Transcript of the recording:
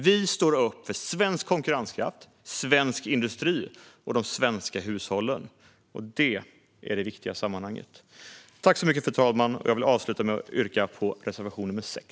Vi står upp för svensk konkurrenskraft, svensk industri och de svenska hushållen. Det är det viktiga i sammanhanget. Jag vill avsluta med att yrka bifall till reservation nr 6.